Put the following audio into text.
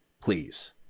please